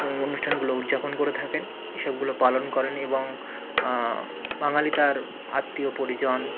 অনুষ্ঠানগুলো উদযাপন করে থাকেন এসবগুলো পালন করেন এবং বাঙালি তার আত্মীয় পরিজন